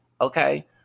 okay